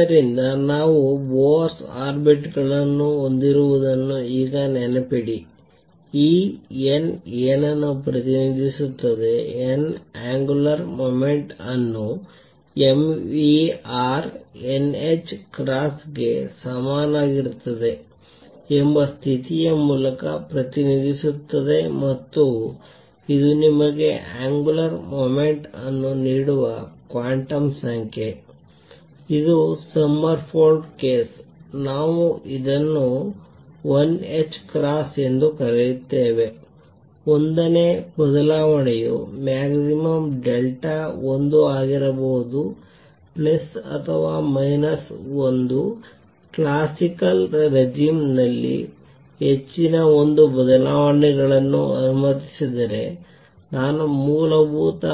ಆದ್ದರಿಂದ ನಾವು Bohr orbit ಗಳನ್ನು ಹೊಂದಿರುವುದನ್ನು ಈಗ ನೆನಪಿಡಿ ಈ n ಏನನ್ನೂ ಪ್ರತಿನಿಧಿಸುತ್ತದೆ n ಅಂಗುಲರ್ ಮೊಮೆಂಟಮ್ ಅನ್ನು mvr nh ಕ್ರಾಸ್ ಗೆ ಸಮನಾಗಿರುತ್ತದೆ ಎಂಬ ಸ್ಥಿತಿಯ ಮೂಲಕ ಪ್ರತಿನಿಧಿಸುತ್ತದೆ ಮತ್ತು ಇದು ನಿಮಗೆ ಅಂಗುಲರ್ ಮೊಮೆಂಟಮ್ ಅನ್ನು ನೀಡುವ ಕ್ವಾಂಟಮ್ ಸಂಖ್ಯೆ ಇದು ಸೊಮರ್ಫೆಲ್ಡ್ ಕೇಸ್ ನಾವು ಇದನ್ನು lh ಕ್ರಾಸ್ ಎಂದು ಕರೆಯುತ್ತೇವೆ l ನ ಬದಲಾವಣೆಯು ಮ್ಯಾಕ್ಸಿಮಮ್ ಡೆಲ್ಟಾ l ಆಗಿರಬಹುದು ಪ್ಲಸ್ ಅಥವಾ ಮೈನಸ್ 1 ಕ್ಲಾಸಿಕ್ಕಲ್ ರೇಜೀಮ್ ನಲ್ಲಿ ಹೆಚ್ಚಿನ l ಬದಲಾವಣೆಗಳನ್ನು ಅನುಮತಿಸಿದರೆ ನಾನು ಮೂಲಭೂತ